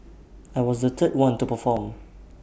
I was the third one to perform